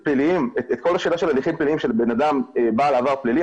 כל השאלה של הליכים פליליים של בנאדם בעל עבר פלילי,